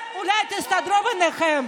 אולי תסתדרו ביניכם.